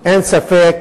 אין ספק